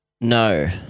No